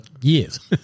years